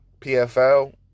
PFL